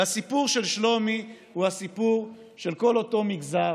והסיפור של שלומי הוא הסיפור של כל אותו מגזר